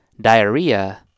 diarrhea